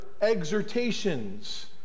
exhortations